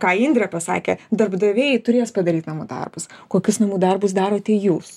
ką indrė pasakė darbdaviai turės padaryt namų darbus kokius namų darbus darote jūs